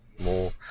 more